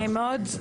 נעים מאוד.